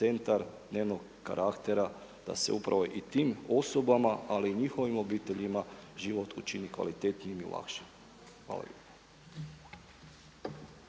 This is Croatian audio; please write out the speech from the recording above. centar dnevnog karaktera, da se upravo i tim osobama, ali i njihovim obiteljima život učini kvalitetnijim i lakšim. Hvala